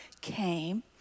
came